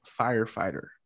firefighter